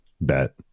bet